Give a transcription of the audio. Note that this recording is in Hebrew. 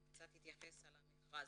אני אתייחס למכרז.